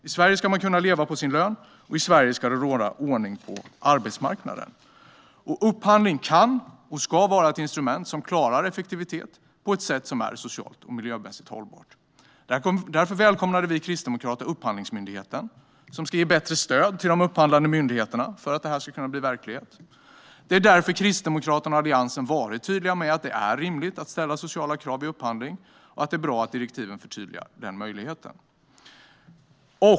I Sverige ska man kunna leva på sin lön, och här det ska råda ordning på arbetsmarknaden. Upphandling kan och ska vara ett instrument som klarar effektivitet på ett socialt och miljömässigt hållbart sätt. Därför välkomnade vi kristdemokrater Upphandlingsmyndigheten som ska ge bättre stöd till de upphandlande myndigheterna för att detta ska kunna bli verklighet. Kristdemokraterna och Alliansen har dessutom varit tydliga med att det är rimligt att ställa sociala krav vid upphandling, och vi tycker att det är bra att direktiven förtydligar den möjligheten.